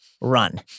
Run